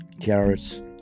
carrots